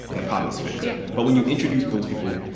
and the problem is fixed yeah but when you introduce those people,